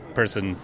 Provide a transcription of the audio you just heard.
person